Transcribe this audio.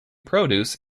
produce